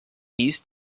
hieß